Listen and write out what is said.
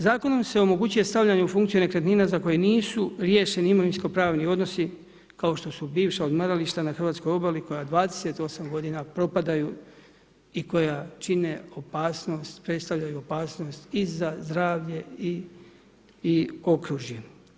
Zakonom se omogućuje stavljanje u funkciju nekretnina za koje nisu riješeni imovinsko-pravni odnosi kao što su bivša odmarališta na hrvatskoj obali koja 28 godina propadaju i koja čine opasnost, predstavljaju opasnost i da zdravlje i okružje.